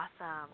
awesome